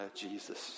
Jesus